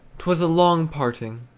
t was a long parting,